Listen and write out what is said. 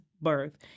birth